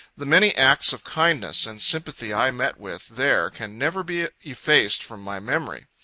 the many acts of kindness and sympathy i met with there can never be effaced from my memory.